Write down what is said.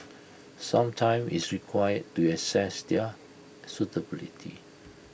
some time is required to assess their suitability